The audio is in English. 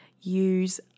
use